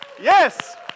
Yes